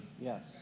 Yes